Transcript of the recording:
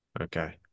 Okay